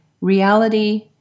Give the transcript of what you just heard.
reality